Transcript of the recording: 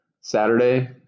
Saturday